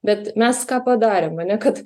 bet mes ką padarėm ane kad